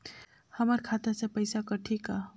हमर खाता से पइसा कठी का?